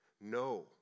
No